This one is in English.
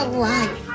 life